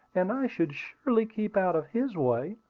and i should surely keep out of his way.